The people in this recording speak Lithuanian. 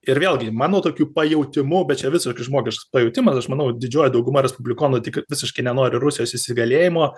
ir vėlgi mano tokiu pajautimu bet čia visiškai žmogiškas pajautimas aš manau didžioji dauguma respublikonų tik visiškai nenori rusijos įsigalėjimo